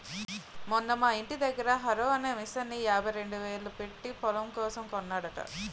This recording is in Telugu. మొన్న మా యింటి దగ్గర హారో అనే మిసన్ని యాభైరెండేలు పెట్టీ పొలం కోసం కొన్నాడట